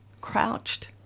crouched